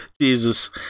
Jesus